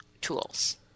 tools